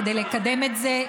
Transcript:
כדי לקדם את זה.